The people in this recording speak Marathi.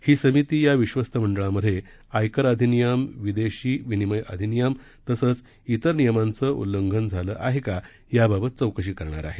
ही समिती या विश्वस्त मंडळामध्ये आयकर अधिनियम विदेशी विनिमय अधिनियम तसंच इतर नियमांचं उल्लंघन झालं आहे का याबाबत चौकशी करणार आहे